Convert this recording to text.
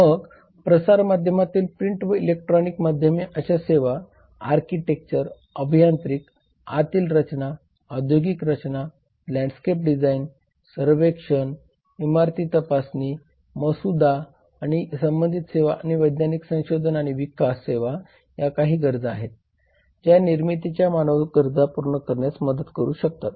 मग प्रसार माध्यमातील प्रिंट व इलेकट्रोनिक माध्यमे अशा सेवा आर्किटेक्चर अभियांत्रिकी आतील रचना औद्योगिक रचना लँडस्केप डिझाइन सर्वेक्षण इमारत तपासणी मसुदा आणि संबंधित सेवा आणि वैज्ञानिक संशोधन आणि विकास सेवा या काही गरजा आहेत ज्या निर्मितीच्या मानवी गरजा पूर्ण करण्यास मदत करू शकतात